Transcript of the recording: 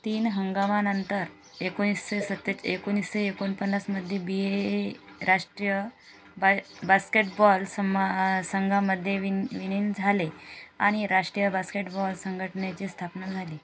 तीन हंगामानंतर एकोणीसशे सत्ते एकोणीसशे एकोणपन्नासमध्ये बी ए ए ए राष्ट्रीय बाय बास्केटबॉल समा संघामध्ये विन विलीन झाले आणि राष्ट्रीय बास्केटबॉल संघटनेची स्थापना झाली